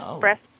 Breast